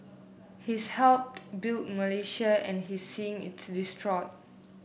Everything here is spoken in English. he's helped built Malaysia and he seeing it's destroy